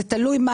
זה תלוי מה